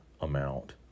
amount